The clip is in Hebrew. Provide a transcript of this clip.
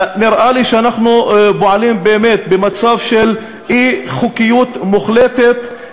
נראה לי שאנחנו פועלים באמת במצב של אי-חוקיות מוחלטת,